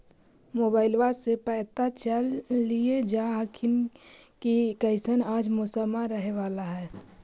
मोबाईलबा से पता चलिये जा हखिन की कैसन आज मौसम रहे बाला है?